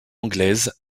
anglaise